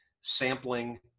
sampling